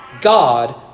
God